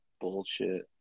Bullshit